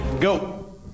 Go